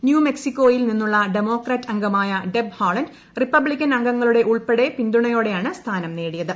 new മെക്സിക്കോയിൽ നിന്നുള്ള democrat അംഗമായ ഡെബ് ഹാളണ്ട് റിപ്പബ്ലിക്കൻ അംഗങ്ങളുടെ ഉൾപ്പെടെ പിന്തുണയോടെയാണ് സ്ഥാനം നേടിയത്